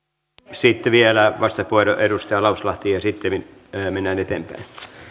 sitten vielä vastauspuheenvuoro edustaja lauslahti ja sitten mennään eteenpäin